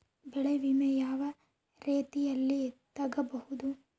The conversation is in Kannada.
ಬೆಳೆ ವಿಮೆ ಯಾವ ರೇತಿಯಲ್ಲಿ ತಗಬಹುದು?